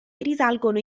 risalgono